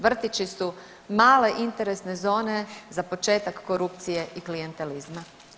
Vrtići su male interesne zone za početak korupcije i klijentelizma.